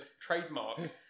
trademark